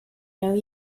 know